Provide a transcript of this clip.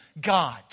God